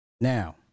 Now